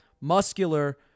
muscular